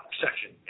section